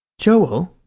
joel,